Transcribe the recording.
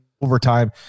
overtime